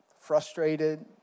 frustrated